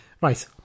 Right